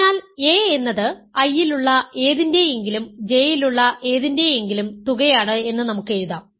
അതിനാൽ a എന്നത് I ലുള്ള ഏതിൻറെയെങ്കിലും J ലുള്ള ഏതിൻറെയെങ്കിലും തുകയാണ് എന്ന് നമുക്ക് എഴുതാം